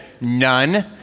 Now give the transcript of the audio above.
none